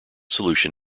solution